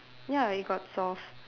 ya it got solved